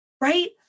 right